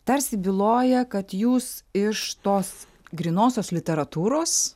tarsi byloja kad jūs iš tos grynosios literatūros